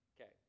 Okay